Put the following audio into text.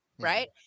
right